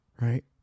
Right